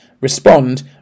respond